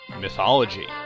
Mythology